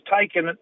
taken